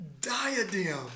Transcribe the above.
Diadem